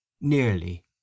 nearly